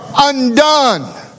undone